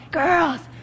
girls